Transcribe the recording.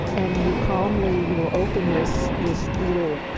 and you calmly you know open this this little